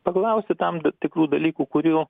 paklausti tam tikrų dalykų kurių